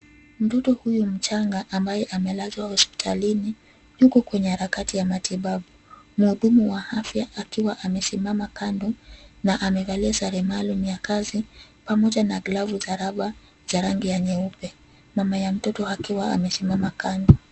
Mtoto huyo mchanga ambaye amelazwa hospitalini, yuko kwenye harakati ya matibabu mhudumu wa afya akiwa amesimama kando na amevalia sare maalum ya kazi pamoja na glavu za raba za rangi ya nyeupe mama ya mtoto akiwa amesimama kando.